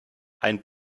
ein